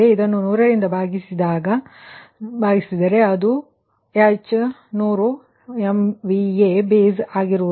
ಇದನ್ನು 100 ರಿಂದ ಭಾಗಿಸಿದಾಗ ನಾನು ಅದನ್ನು 100 ರಿಂದ ಭಾಗಿಸುತ್ತಿಲ್ಲ ಆದರೆ ನೀವು 100ರಿಂದ ಭಾಗಿಸಿದರೆ ಅದು h 100 MVA ಬೇಸ್ ಆಗುತ್ತದೆ